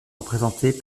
représentés